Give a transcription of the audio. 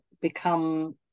become